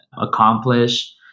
accomplish